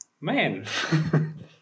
man